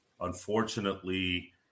Unfortunately